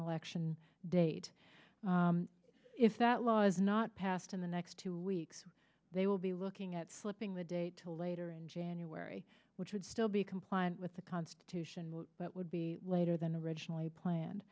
election date if that law is not passed in the next two weeks they will be looking at slipping the data later in january which would still be compliant with the constitution but would be later than originally planned